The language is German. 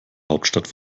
hauptstadt